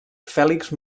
fèlix